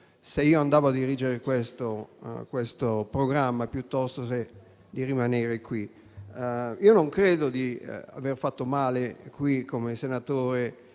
vado a dirigere questo programma, piuttosto che rimanere qui. Non credo di aver fatto male come senatore